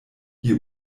ihr